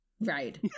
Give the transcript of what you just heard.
right